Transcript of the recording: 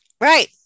Right